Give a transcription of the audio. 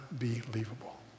unbelievable